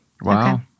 Wow